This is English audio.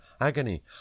agony